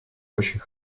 очень